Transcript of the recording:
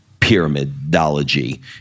pyramidology